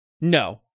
no